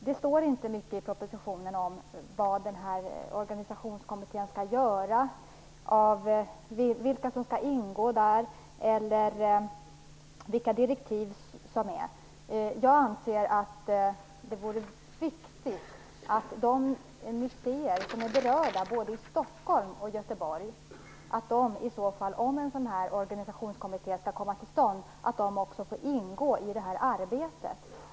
Det står i propositionen inte mycket om vad organisationskommittén skall göra, om vilka som skall ingå i den eller om vilka direktiv som skall utfärdas. Jag anser att det vore viktigt att de berörda museerna både i Stockholm och i Göteborg, om en sådan här organisationskommitté skall komma till stånd, får ingå i det här arbetet.